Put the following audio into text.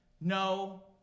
No